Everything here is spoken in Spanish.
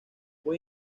fue